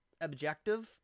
objective